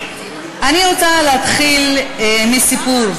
אני רוצה להתחיל בסיפור,